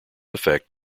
effect